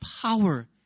power